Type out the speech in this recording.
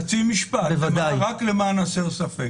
חצי משפט, רק למען הסר ספק.